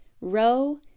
row